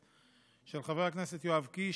של חבר הכנסת יואב קיש,